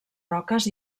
roques